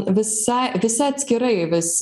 visai visa atskirai vis